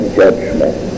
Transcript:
judgment